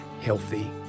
healthy